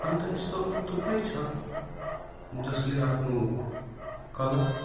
अन्त यस्तो थुप्रै छ जसले आफ्नो कला